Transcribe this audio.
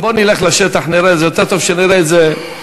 בואו נלך לשטח ונראה, יותר טוב שנראה את זה.